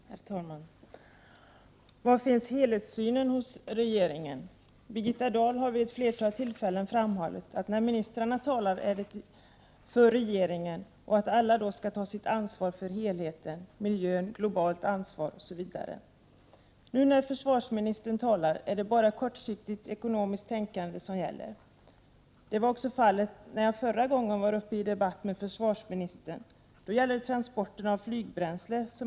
Herr talman! Var finns helhetssynen hos regeringen? Birgitta Dahl har vid ett flertal tillfällen framhållit att ministrarna talar på regeringens vägnar och att alla skall ta sitt ansvar för helheten, miljön, globalt ansvar osv. Nu när försvarsministern talar är det bara kortsiktigt ekonomiskt tänkande som gäller. Så var också fallet när jag förra gången diskuterade med försvarsministern. Då var det fråga om transporterna av flygbränsle.